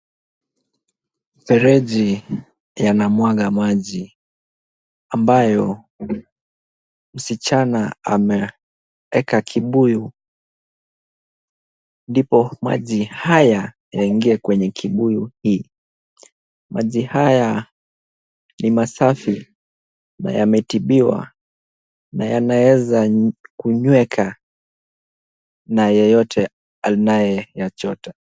Mfereji yanamwaga maji ambayo msichana ameweka kibuyu, ndipo maji haya yaingie kwenye kibuyu hii. Maji haya ni masafi na yametibiwa na yanaeza kunyweka na yeyote anayeyachota.